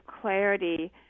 clarity